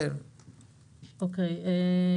אוקיי.